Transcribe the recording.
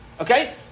Okay